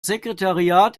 sekretariat